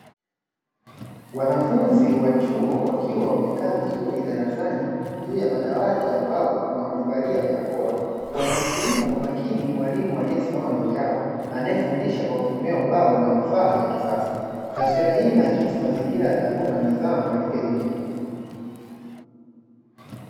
Wanafunzi wa chuo wakiwa wamekaa vizuri darasani juu ya madawati ya mbao na wamevalia barakoa, wanamsikiliza kwa makini mwalimu aliyesimama mbele yao anayefundisha kwa kutumia ubao na vifaa vya kisasa taswira hii na akisi mazingira ya taaluma ya nidhamu katika elimu ya chuo.